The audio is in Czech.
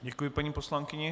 Děkuji paní poslankyni.